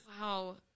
Wow